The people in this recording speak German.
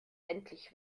endlich